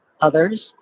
others